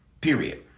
period